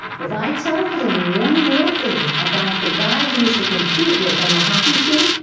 if i tell him one little thing about the guy he used to compete with on the hockey team,